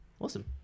Awesome